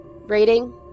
Rating